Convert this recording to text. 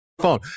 phone